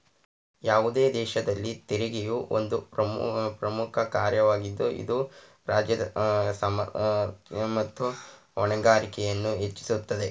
ಯಾವುದೇ ದೇಶದಲ್ಲಿ ತೆರಿಗೆಯು ಒಂದು ಪ್ರಮುಖ ಕಾರ್ಯವಾಗಿದೆ ಇದು ರಾಜ್ಯದ ಸಾಮರ್ಥ್ಯ ಮತ್ತು ಹೊಣೆಗಾರಿಕೆಯನ್ನು ಹೆಚ್ಚಿಸುತ್ತದೆ